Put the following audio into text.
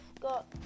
got